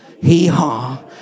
hee-haw